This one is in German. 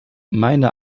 meine